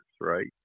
right